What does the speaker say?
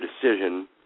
decision